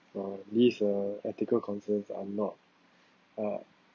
uh least uh ethical concerns are not uh